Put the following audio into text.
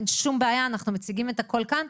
אין שום בעיה, אנחנו מציגים את הכל כאן.